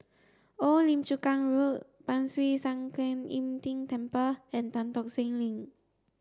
Old Lim Chu Kang Road Ban Siew San Kuan Im Tng Temple and Tan Tock Seng Link